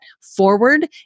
forward